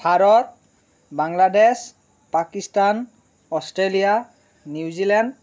Bharat Bangladesh Pakistan Australia New Zealand